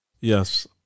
yes